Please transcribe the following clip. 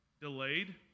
delayed